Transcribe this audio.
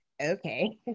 okay